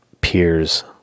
peers